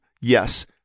Yes